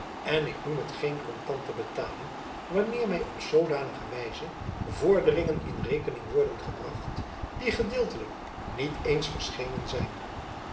en ik noem het geen kontante betaling wanneer my op zoodanige wijze vorderingen in rekening worden gebracht die gedeeltelijk niet eens verschenen zijn